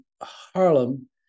Harlem